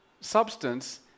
substance